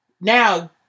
now